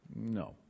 No